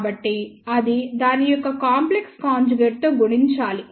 కాబట్టిఅది దాని యొక్క కాంప్లెక్స్ కాంజుగేట్ తో గుణించాలి